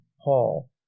Paul